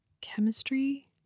chemistry